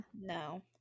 No